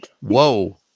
whoa